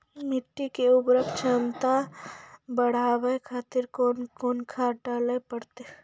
मिट्टी के उर्वरक छमता बढबय खातिर कोंन कोंन खाद डाले परतै?